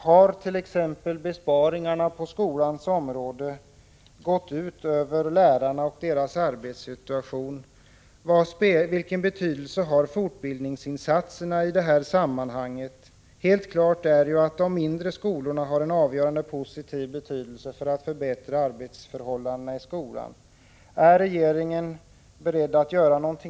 Har besparingarna på skolans område gått ut över lärarna och deras arbetssituation? Vilken betydelse har fortbildningsinsatserna i detta sammanhang? Helt klart är ju att mindre storlek på skolorna har en avgörande positiv betydelse för arbetsförhållandena i skolan.